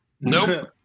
Nope